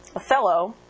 othello